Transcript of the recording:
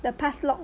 the pass lock